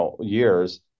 years